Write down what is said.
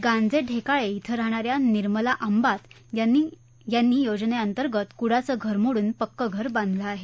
गांजे ढकाळे शिं राहणा या निर्मला आंबात यांनी योजनेअंतर्गत क्रडाचं घर मोड्रन पक्क घर बांधलं आहे